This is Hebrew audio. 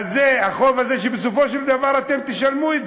והחוב הזה, שבסופו של דבר אתם תשלמו אותו